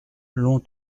long